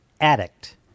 Addict